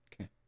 Okay